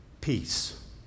peace